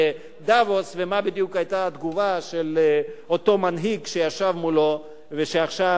בדבוס ומה בדיוק היתה התגובה של אותו מנהיג שישב מולו ושעכשיו,